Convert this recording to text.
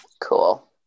Cool